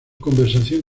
conversación